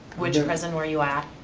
which prison were you at?